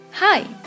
Hi